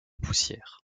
poussière